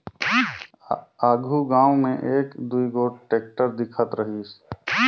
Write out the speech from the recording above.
आघु गाँव मे एक दुई गोट टेक्टर दिखत रहिस